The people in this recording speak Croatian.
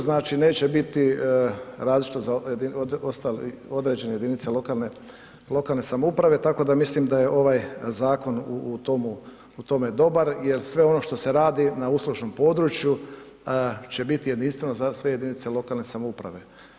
Znači, neće biti različito za određene jedinice lokalne samouprave, tako da mislim da je ovaj zakon u tome dobar jer sve ono što se radi na uslužnom području će biti jedinstveno za sve jedinice lokalne samouprave.